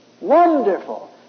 wonderful